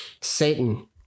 Satan